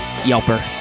yelper